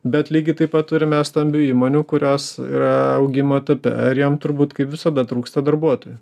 bet lygiai taip pat turime stambių įmonių kurios yra augimo etape ir jom turbūt kaip visada trūksta darbuotojų